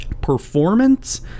Performance